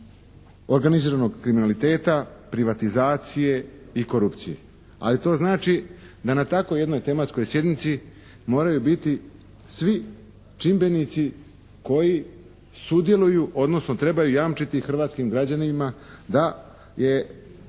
organiziranog kriminaliteta, privatizacije i korupcije. Ali to znači da na takvoj jednoj tematskoj sjednici moraju biti svi čimbenici koji sudjeluju odnosno trebaju jamčiti hrvatskim građanima da se